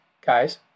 guys